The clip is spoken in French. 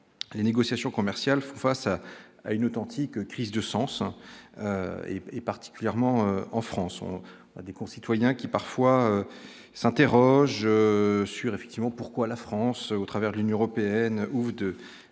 les négociations commerciales font face à une authentique crise de sens et particulièrement en France, on a des concitoyens qui parfois s'interroge sur effectivement, pourquoi la France au travers de l'Union européenne ou de des